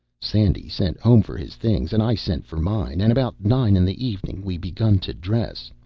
sandy sent home for his things, and i sent for mine, and about nine in the evening we begun to dress.